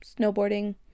snowboarding